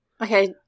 Okay